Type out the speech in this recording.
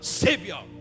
savior